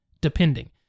depending